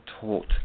taught